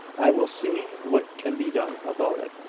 i will see what can be done about it,